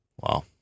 Wow